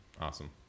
Awesome